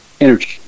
energy